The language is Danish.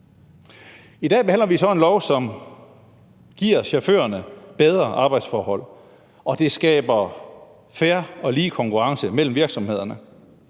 I dag behandler vi så et lovforslag, som giver chaufførerne bedre arbejdsforhold, og det skaber fair og lige konkurrence mellem virksomhederne,